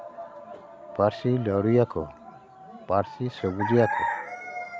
ᱯᱟᱹᱨᱥᱤ ᱞᱟᱹᱣᱲᱤᱭᱟᱹ ᱠᱚ ᱯᱟᱹᱨᱥᱤ ᱥᱮᱞᱮᱫ ᱨᱮᱭᱟᱜ ᱠᱚ